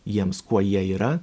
jiems kuo jie yra